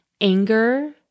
anger